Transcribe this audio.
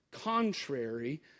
contrary